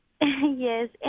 Yes